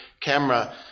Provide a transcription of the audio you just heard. camera